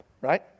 right